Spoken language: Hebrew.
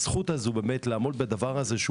זו זכות לעמול בדבר הזה.